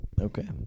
Okay